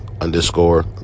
underscore